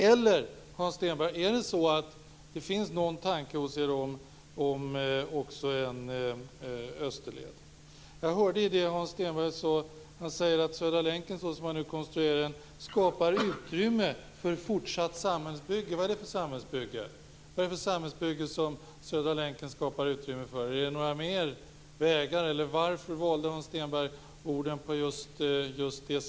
Eller finns det någon tanke hos er också om en österled? Hans Stenberg sade att Södra länken såsom den nu är konstruerad skapar utrymme för fortsatt samhällsbygge. Vad är det för samhällsbygge? Är det några fler vägar? Eller varför valde Hans Stenberg just de orden?